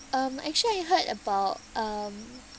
um actually I heard about um